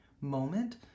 moment